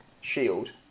Shield